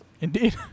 Indeed